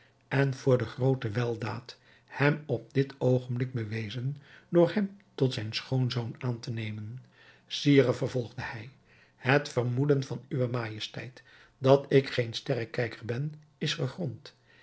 en voor de groote weldaad hem op dit oogenblik bewezen door hem tot zijn schoonzoon aan te nemen sire vervolgde hij het vermoeden van uwe majesteit dat ik geen sterrekijker ben is gegrond